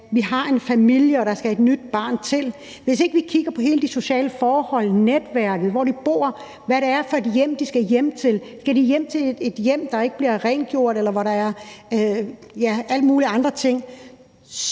vi har en familie, hvor der kommer et nyt barn til. Vi skal kigge på de sociale forhold, netværket, hvor de bor, hvad det er for et hjem, de skal hjem til, altså om de skal hjem til et hjem, der ikke bliver rengjort, eller hvor der er alle mulige andre ting